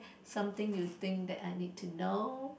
something you think that I need to know